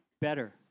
better